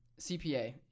CPA